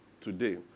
today